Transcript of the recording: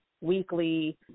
weekly